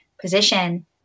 position